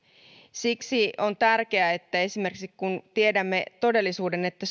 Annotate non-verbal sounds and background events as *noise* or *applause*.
siksi on tärkeää esimerkiksi kun tiedämme sen todellisuuden että *unintelligible*